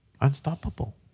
Unstoppable